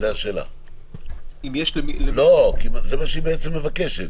למעשה, זה מה שהיא מבקשת.